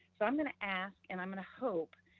so i'm gonna ask, and i'm gonna hope,